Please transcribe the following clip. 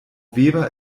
weber